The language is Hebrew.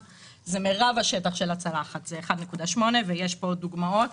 מרבית שטח פני הצלחת זה 1.8 ויש פה עוד דוגמאות.